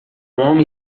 homem